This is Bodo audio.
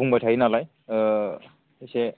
बुंबाय थायो नालाय एसे